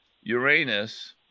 Uranus